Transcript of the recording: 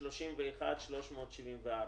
31,374,